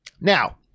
Now